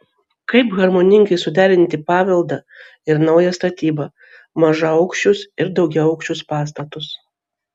kaip harmoningai suderinti paveldą ir naują statybą mažaaukščius ir daugiaaukščius pastatus